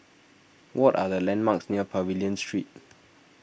what are the landmarks near Pavilion Street